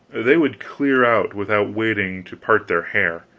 they would clear out without waiting to part their hair,